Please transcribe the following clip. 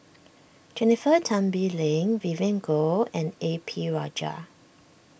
Jennifer Tan Bee Leng Vivien Goh and A P Rajah